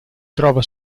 trova